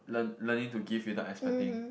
learn learning to give without expecting